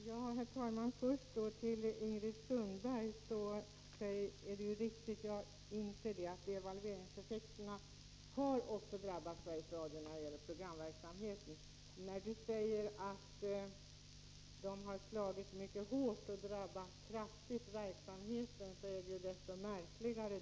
Herr talman! Först vill jag säga till Ingrid Sundberg att jag inser att devalveringseffekterna också har drabbat Sveriges Radio när det gäller programverksamheten. Ingrid Sundberg säger att de har slagit mycket hårt och drabbat verksamheten kraftigt.